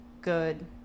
good